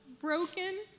broken